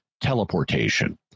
teleportation